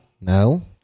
No